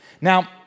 Now